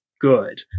good